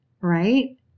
Right